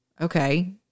okay